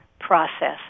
process